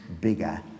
bigger